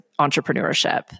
entrepreneurship